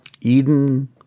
Eden